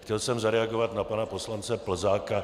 Chtěl jsem zareagovat na pana poslance Plzáka.